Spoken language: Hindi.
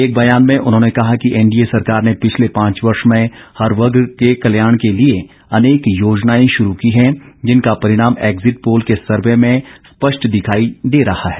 एक ब्यान में उन्होंने कहा कि एनडीए सरकार ने पिछले पांच वर्ष में हर वर्ग के कल्याण के लिए अनेक योजनाएं शुरू की है जिनका परिणाम एग्जिट पोल के सर्वे में स्पष्ट दिखाई दे रहा है